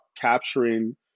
capturing